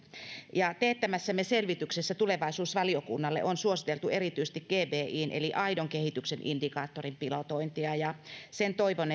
ja teettämässämme selvityksessä tulevaisuusvaliokunnalle on suositeltu erityisesti gpin eli aidon kehityksen indikaattorin pilotointia ja sen toivon